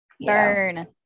Burn